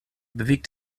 bewegt